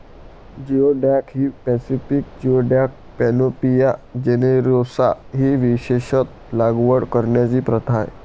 geoduck ही Pacific geoduck, panopea generosa ही विशेषत लागवड करण्याची प्रथा आहे